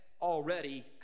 already